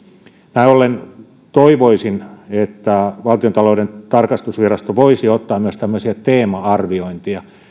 näin ollen toivoisin että valtiontalouden tarkastusvirasto voisi ottaa myös tämmöisiä teema arviointeja